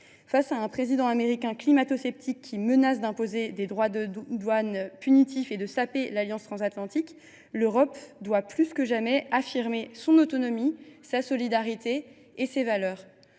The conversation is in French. Face à un président américain climatosceptique, qui menace d’imposer des droits de douane punitifs et de saper l’alliance transatlantique, l’Europe doit plus que jamais affirmer son autonomie, sa solidarité et ses valeurs,